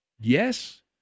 Yes